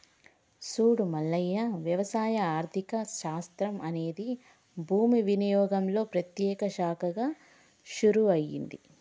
సూడు మల్లయ్య వ్యవసాయ ఆర్థిక శాస్త్రం అనేది భూమి వినియోగంలో ప్రత్యేక శాఖగా షురూ అయింది